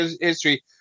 history